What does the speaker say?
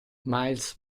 miles